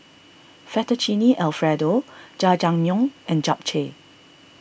Fettuccine Alfredo Jajangmyeon and Japchae